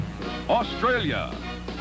australia